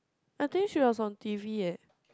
I think she was on T_V eh